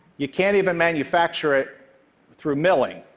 you can't even manufacture it through milling.